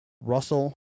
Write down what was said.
Russell